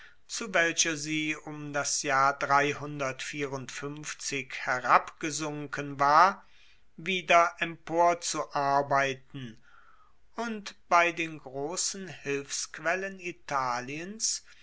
zu welcher sie um das jahr herabgesunken war wieder emporzuarbeiten und bei den grossen hilfsquellen italiens